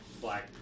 Black